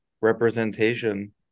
representation